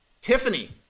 Tiffany